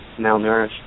malnourished